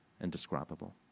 indescribable